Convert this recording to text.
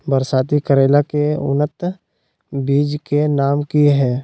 बरसाती करेला के उन्नत बिज के नाम की हैय?